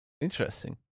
Interesting